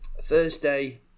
Thursday